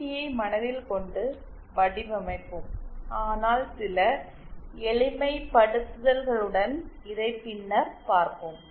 டியை மனதில் கொண்டு வடிவமைப்போம் ஆனால் சில எளிமைப்படுத்தல்களுடன் இதை பின்னர் பார்ப்போம்